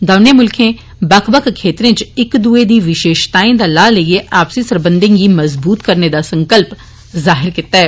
दौनें मुल्खे बक्ख बक्ख क्षेत्रें इच इक दुए दी विशेषताएं दा लाह् लेइए आपसी सरबंधें गी मजवूत करने दा संकल्प जाहिर कीता ऐ